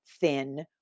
thin